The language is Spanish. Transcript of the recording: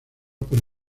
para